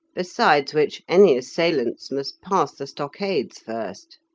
besides which, any assailants must pass the stockades first.